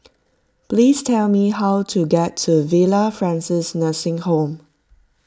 please tell me how to get to Villa Francis Nursing Home